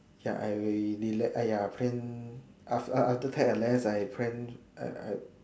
ya I relax I !aiya! friend aft~ after take a rest I plan I I